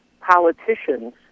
politicians